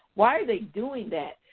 why are they doing that?